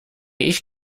ich